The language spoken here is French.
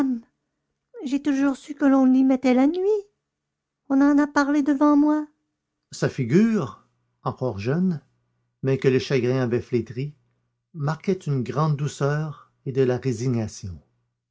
j'ai toujours su qu'on l'y mettait la nuit on en a parlé devant moi sa figure encore jeune mais que les chagrins avaient flétrie marquait une grande douceur et de la résignation